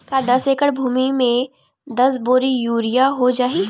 का दस एकड़ भुमि में दस बोरी यूरिया हो जाही?